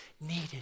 needed